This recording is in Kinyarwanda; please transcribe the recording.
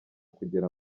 kugira